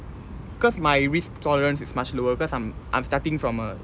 cause my risk tolerance is much lower cause I'm I'm starting from a